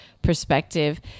perspective